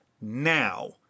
Now